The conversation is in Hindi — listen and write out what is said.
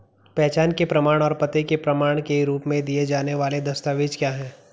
पहचान के प्रमाण और पते के प्रमाण के रूप में दिए जाने वाले दस्तावेज क्या हैं?